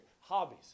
Hobbies